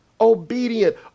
Obedient